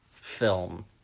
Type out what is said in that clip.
film